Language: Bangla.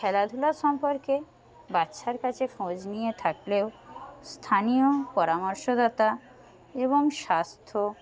খেলাধুলা সম্পর্কে বাচ্চার কাছে খোঁজ নিয়ে থাকলেও স্থানীয় পরামর্শদাতা এবং স্বাস্থ্য